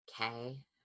Okay